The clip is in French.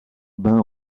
bain